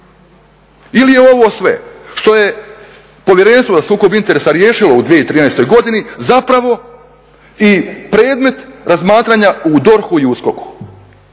Ili je ovo sve što je Povjerenstvo za sukob interesa riješilo u 2013. godini zapravo i predmet razmatranja u DORH-u i USKOK-u?